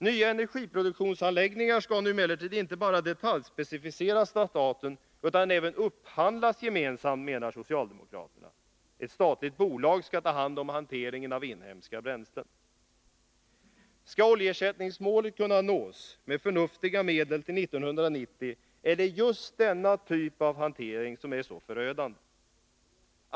Nya energiproduktionsanläggningar skall nu emellertid inte bara detaljspecificeras av staten utan även upphandlas gemensamt, menar socialdemokraterna. Ett statligt bolag skall ta hand om hanteringen av inhemska bränslen. Skall oljeersättningsmålet kunna nås med förnuftiga medel till 1990 är det just denna typ av hantering som är så förödande.